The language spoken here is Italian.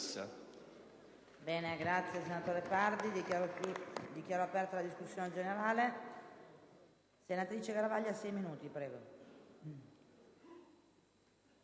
Grazie,